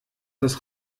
das